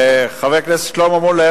חבר הכנסת שלמה מולה,